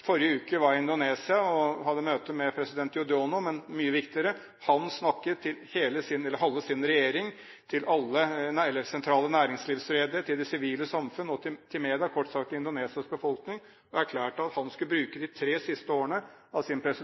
Forrige uke var jeg i Indonesia og hadde møte med president Yudhoyono. Men mye viktigere: Han snakket til halve sin regjering, til sentrale næringslivsledere, til det sivile samfunn og til media, kort sagt Indonesias befolkning, og erklærte at han skulle bruke de tre siste årene av sin